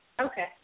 Okay